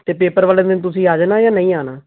ਅਤੇ ਪੇਪਰ ਵਾਲੇ ਦਿਨ ਤੁਸੀਂ ਆ ਜਾਣਾ ਜਾਂ ਨਹੀਂ ਆਣਾ